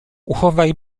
uchowaj